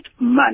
money